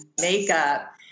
makeup